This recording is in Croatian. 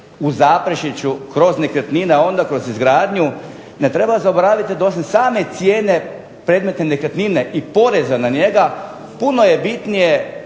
u Zaprešiću kroz nekretnina onda kroz izgradnju, ne treba zaboraviti da osim same cijene predmetne nekretnine i poreza na njega, puno je bitnije